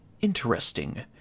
interesting